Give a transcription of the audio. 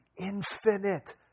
infinite